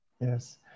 yes